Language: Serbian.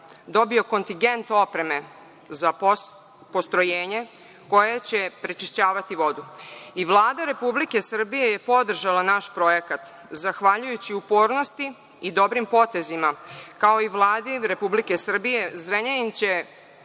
dobio kontigent opreme za postrojenje koje će pročišćavati vodu i Vlada RS je podržala naš projekat zahvaljujući upornosti i dobrim potezima, kao i Vladi Republike Srbije, Zrenjanin će,